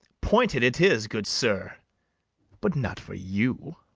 pointed it is, good sir but not for you.